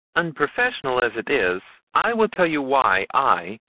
unprofessional as it is, i will tell you why i,